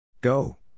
Go